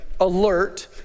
Alert